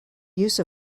use